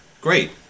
great